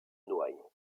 noailles